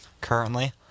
Currently